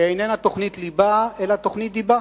שאיננה תוכנית ליבה אלא תוכנית דיבה.